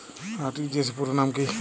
RTGS র পুরো নাম কি?